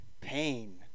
pain